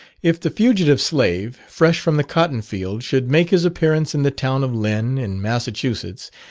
if the fugitive slave, fresh from the cotton-field, should make his appearance in the town of lynn, in massachusetts,